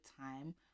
time